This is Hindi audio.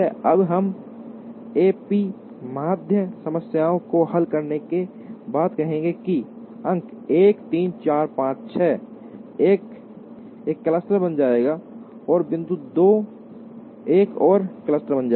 अब हम एपी माध्य समस्या को हल करने के बाद कहेंगे कि अंक 1 3 4 5 6 एक क्लस्टर बन जाएगा और बिंदु 2 एक और क्लस्टर बन जाएगा